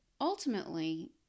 ultimately